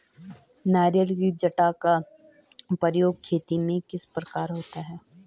नारियल की जटा का प्रयोग खेती में किस प्रकार होता है?